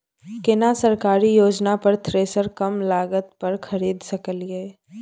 केना सरकारी योजना पर थ्रेसर कम लागत पर खरीद सकलिए?